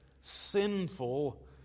sinful